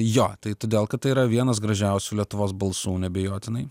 jo tai todėl kad tai yra vienas gražiausių lietuvos balsų neabejotinai